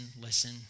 listen